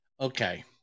okay